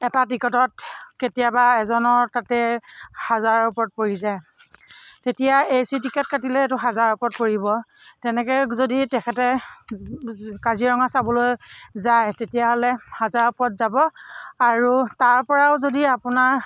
এটা টিকটত কেতিয়াবা এজনৰ তাতে হাজাৰৰ ওপৰত পৰি যায় তেতিয়া এচি টিকেট কাটিলেতো হাজাৰৰ ওপৰত পৰিব তেনেকৈ যদি তেখেতে কাজিৰঙা চাবলৈ যায় তেতিয়াহ'লে হাজাৰৰ ওপৰত যাব আৰু তাৰপৰাও যদি আপোনাৰ